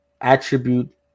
attribute